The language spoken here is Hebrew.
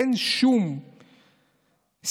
אין שום סיכוי.